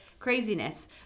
Craziness